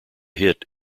hit